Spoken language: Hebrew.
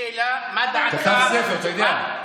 שאלה, מה דעתך, לא,